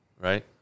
Right